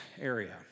area